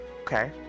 Okay